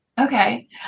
Okay